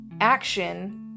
action